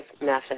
method